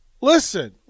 Listen